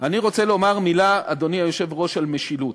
אני רוצה לומר מילה, אדוני היושב-ראש, על משילות.